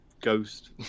ghost